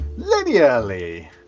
linearly